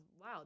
wow